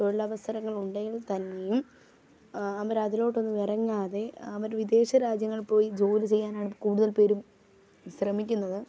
തൊഴിലവസരങ്ങളുണ്ടെങ്കിൽ തന്നെയും അവരതിലോട്ടൊന്നു ഇറങ്ങാതെ അവർ വിദേശരാജ്യങ്ങളിൽ പോയി ജോലി ചെയ്യാനാണ് കൂടുതൽ പേരും ശ്രമിക്കുന്നത്